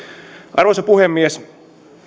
arvoisa puhemies